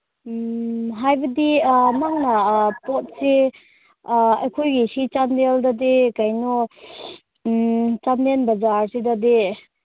ꯎꯝ ꯍꯥꯏꯕꯗꯤ ꯅꯪꯅ ꯄꯣꯠꯁꯤ ꯑꯩꯈꯣꯏꯒꯤ ꯁꯤ ꯆꯥꯟꯗꯦꯜꯗꯗꯤ ꯀꯩꯅꯣ ꯆꯥꯟꯗꯦꯜ ꯕꯖꯥꯔꯁꯤꯗꯗꯤ